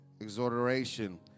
exhortation